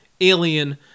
Alien